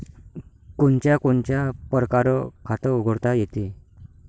कोनच्या कोनच्या परकारं खात उघडता येते?